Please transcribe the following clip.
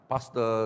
Pastor